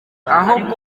aho